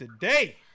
today